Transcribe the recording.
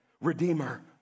redeemer